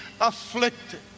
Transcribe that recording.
afflicted